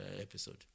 episode